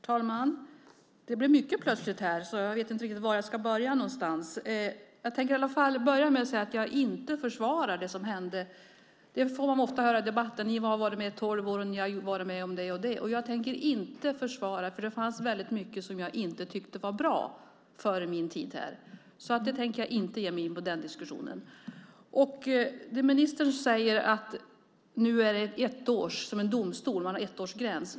Herr talman! Det blev plötsligt mycket här, så jag vet inte riktigt var jag ska börja. Jag tänker i alla fall börja med att säga att jag inte försvarar det som hände. Man får ofta höra i debatten att ni har varit med i tolv år och varit med om det och det. Jag tänker inte försvara, för det fanns väldigt mycket som jag inte tyckte var bra före min tid här. Jag tänker inte ge mig in i den diskussionen. Ministern säger att ettårsgränsen är som ett domstolslut.